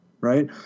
right